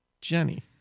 Jenny